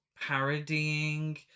parodying